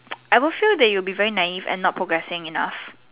I would feel that you will be very naive and not progressing enough